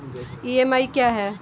EMI क्या है?